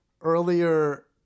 earlier